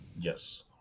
Yes